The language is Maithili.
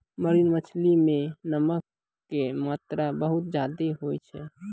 मरीन मछली मॅ नमक के मात्रा बहुत ज्यादे होय छै